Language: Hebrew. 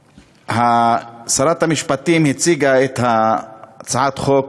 שרת המשפטים הציגה את הצעת החוק